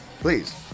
Please